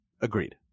Agreed